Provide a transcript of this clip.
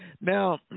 now